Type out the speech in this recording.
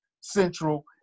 central